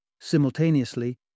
Simultaneously